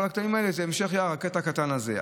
כל הקטעים האלה, זה המשך יער, הקטע הקטן הזה.